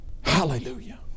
Hallelujah